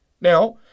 Now